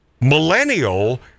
millennial